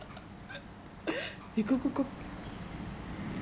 you go go go